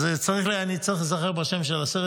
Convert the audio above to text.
אני צריך להיזכר בשם של הסרט.